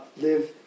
live